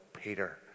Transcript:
Peter